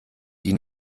die